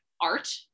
art